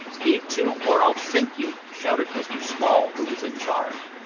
heave-to, or i'll sink you, shouted mr small, who was in charge.